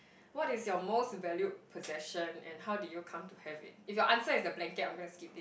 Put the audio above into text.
what is your most valued possession and how did you come to have it if your answer is a blanket I am going to skip it